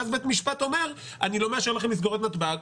ואז בית המשפט אומר אני לא מאשר לכם לסגור את נתב"ג.